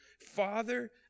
Father